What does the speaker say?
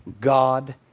God